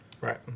Right